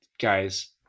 guys